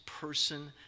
person